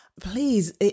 Please